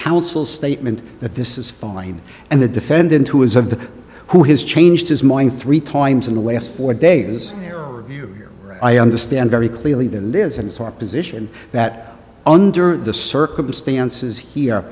counsel statement that this is fine and the defendant who is of the who has changed his mind three times in the last four days i understand very clearly their lives and so our position that under the circumstances here